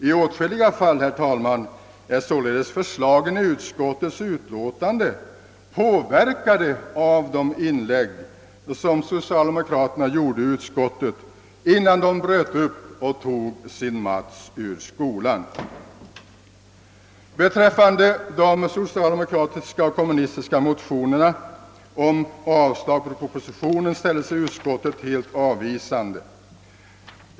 I åtskilliga fall är således förslagen i utskottets utlåtande påver-: kade av de inlägg som socialdemokraterna gjort i utskottet innan de bröt upp och tog sin mats ur skolan. Till de socialdemokratiska och kommunistiska motionerna om avslag på propositionen ställde sig utskottet helt avvisande.